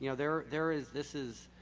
you know there there is this is